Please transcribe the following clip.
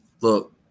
look